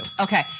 Okay